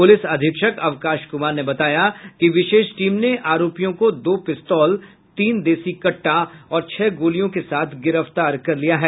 police अधीक्षक अवकाश कुमार ने बताया कि विशेष टीम ने आरोपियों को दो पिस्तौल तीन देशी कट्टा और छह गोलियों के साथ गिरफ्तार किया है